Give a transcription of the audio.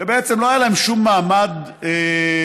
שבעצם לא היה להם שום מעמד חוקי